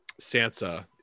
Sansa